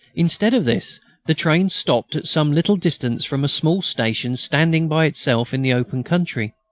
instead of this the train stopped at some little distance from a small station standing by itself in the open country.